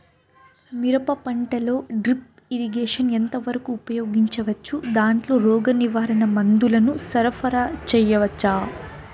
మిరప పంటలో drip irrigation ఎంత వరకు ఉపయోగించవచ్చు, దాంట్లో రోగ నివారణ మందుల ను సరఫరా చేయవచ్చా?